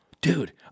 Dude